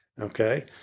Okay